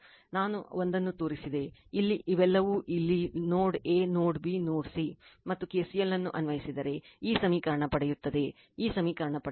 ನಾನು ಒಂದನ್ನು ತೋರಿಸಿದೆ ಇಲ್ಲಿ ಇವೆಲ್ಲವೂ ಇಲ್ಲಿ node A node B node C ಮತ್ತು KCL ಅನ್ನು ಅನ್ವಯಿಸಿದರೆ ಈ ಸಮೀಕರಣ ಪಡೆಯುತ್ತದೆ ಈ ಸಮೀಕರಣ ಪಡೆಯುತ್ತದೆ